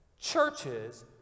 Churches